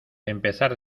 empezar